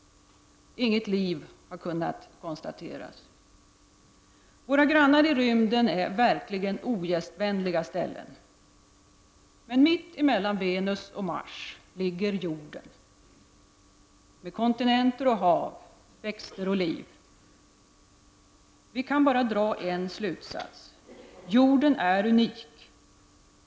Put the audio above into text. Inget liv har kunnat konstateras. Våra grannar i rymden är verkligen ogästvänliga ställen, men mitt emellan Venus och Mars ligger jorden med kontinenter och hav, växter och djurliv. Vi kan bara dra en slutsats, jorden är unik.